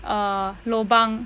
err lobang